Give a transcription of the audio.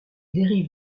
dérive